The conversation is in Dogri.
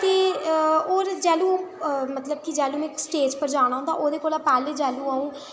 ते होर जैलूं मतलब की जैलूं में स्टेज़ पर जाना होंदा ओह्दे कोला पैह्लें जैलूं अं'ऊ